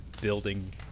building